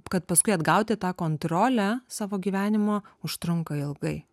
kad paskui atgauti tą kontrolę savo gyvenimo užtrunka ilgai